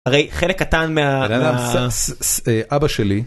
הרי, חלק קטן מה...ס-ס-אה-אבא שלי.